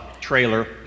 trailer